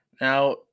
Now